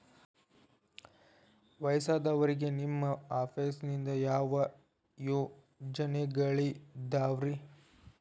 ವಯಸ್ಸಾದವರಿಗೆ ನಿಮ್ಮ ಆಫೇಸ್ ನಿಂದ ಯಾವ ಯೋಜನೆಗಳಿದಾವ್ರಿ?